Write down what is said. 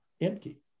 empty